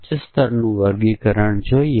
હવે ચાલો આ પાસાઓને રજૂ કરીએ